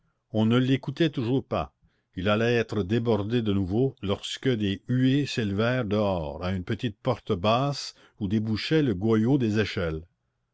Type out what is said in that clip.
on ne l'écoutait toujours pas il allait être débordé de nouveau lorsque des huées s'élevèrent dehors à une petite porte basse où débouchait le goyot des échelles